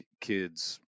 kids